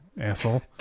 asshole